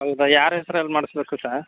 ಹೌದಾ ಯಾರ ಹೆಸ್ರಲ್ಲಿ ಮಾಡಿಸ್ಬೇಕು ಸಾ